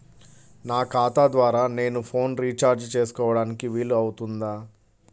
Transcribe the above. నా ఖాతా ద్వారా నేను ఫోన్ రీఛార్జ్ చేసుకోవడానికి వీలు అవుతుందా?